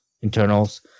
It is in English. internals